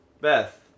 Beth